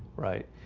right?